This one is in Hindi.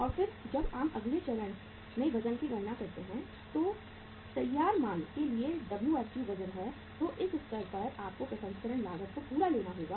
और फिर जब आप अगले चरण में वजन की गणना करते हैं जो तैयार माल के लिए WFG वजन है तो उस स्तर पर आपको प्रसंस्करण लागत को पूरा लेना होगा